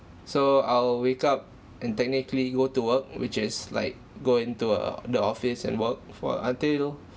so I'll wake up and technically go to work which is like go into a the office and work for until